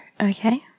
okay